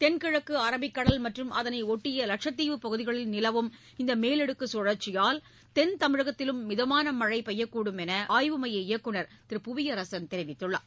தென்கிழக்கு அரபிக்கடல் மற்றும் அதனை ஒட்டிய வட்சத்தீவு பகுதிகளில் நிலவும் இந்த மேலடுக்கு கழற்சியால் தென் தமிழகத்திலும் மிதமான மழை பெய்யக் கூடும் என ஆய்வு மைய இயக்குநர் திரு புவியரசன் தெரிவித்துள்ளார்